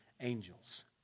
angels